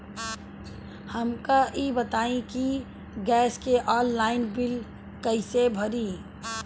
हमका ई बताई कि गैस के ऑनलाइन बिल कइसे भरी?